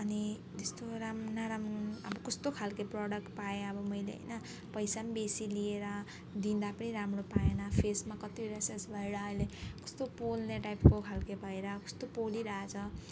अनि त्यस्तो राम नराम्रो अब कस्तो खालके प्रडक्ट पाएँ अब मैले होइन पैसा पनि बेसी लिएर दिँदा पनि राम्रो पाएन फेसमा कति र्यासेस भएर अहिले कस्तो पोल्ने टाइपको खालके भएर कस्तो पोलिरहेछ